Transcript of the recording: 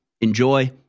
enjoy